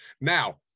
Now